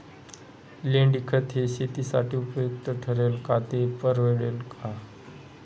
लेंडीखत हे शेतीसाठी उपयुक्त ठरेल का, ते परवडेल का?